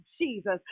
Jesus